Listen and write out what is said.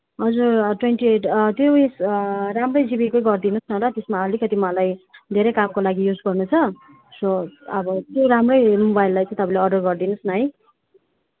हजुर twenty eight त्यो राम्रै जिबीकै गरिदिनु होस् न ल त्यसमा अलिकति मलाई धेरै कामको लागि युज गर्नु छ सो अब त्यो राम्रै मोबाइललाई चाहिँ तपाईँले अर्डर गरिदिनु होस् न है